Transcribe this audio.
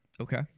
Okay